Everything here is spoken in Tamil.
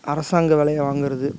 அரசாங்க வேலையை வாங்குறது